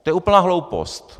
To je úplná hloupost.